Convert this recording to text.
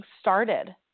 started